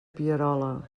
pierola